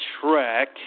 track